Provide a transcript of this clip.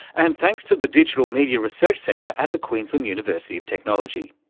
and thanks to the digital media research centre at the queensland university of technology.